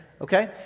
okay